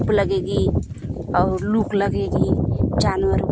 धूप लगेगी और लू लगेगी जानवर को